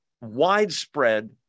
widespread